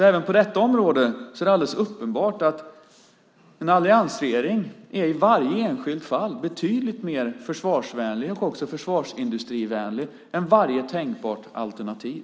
Även på detta område är det alldeles uppenbart att en alliansregering är i varje enskilt fall betydligt mer försvarsvänlig och också försvarsindustrivänlig än varje tänkbart alternativ.